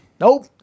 Nope